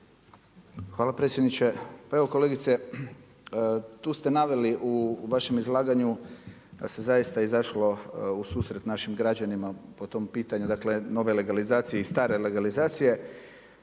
Hvala predsjedniče. Pa evo kolegice, tu ste naveli u vašem izlaganju da se zaista izašlo u susret našim građanima po tom pitanju. Dakle nove legalizacije i stare legalizacije,